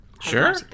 Sure